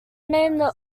named